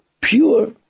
pure